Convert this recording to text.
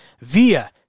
via